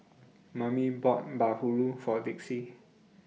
Mammie bought Bahulu For Dixie